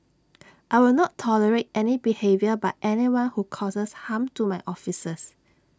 I will not tolerate any behaviour by anyone who causes harm to my officers